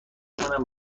کنم